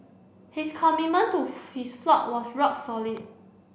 his commitment to his flock was rock solid